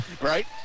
Right